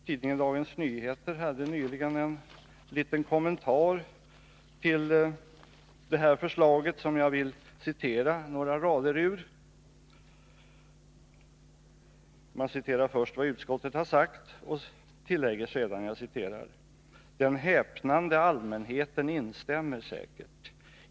Tidningen Dagens Nyheter hade nyligen en kommentar till det här förslaget som jag vill låna några rader ur. Man citerar först vad utskottet har sagt och tillägger sedan: ”Den häpnande allmänheten instämmer säkert.